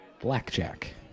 Blackjack